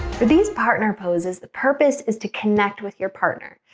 for these partner poses the purpose is to connect with your partner.